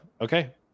Okay